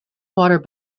water